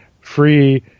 free